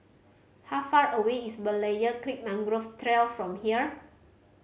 how far away is Berlayer Creek Mangrove Trail from here